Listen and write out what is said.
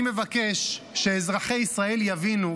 אני מבקש שאזרחי ישראל יבינו,